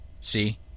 See